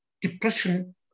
depression